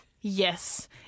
Yes